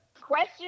Question